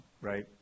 right